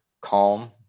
calm